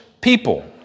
people